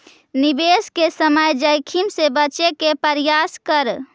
निवेश के समय जोखिम से बचे के प्रयास करऽ